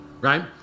right